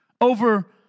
over